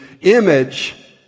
image